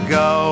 go